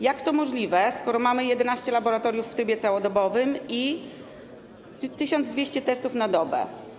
Jak to możliwe, skoro mamy 11 laboratoriów w trybie całodobowym i 1200 testów na dobę?